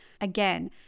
Again